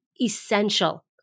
essential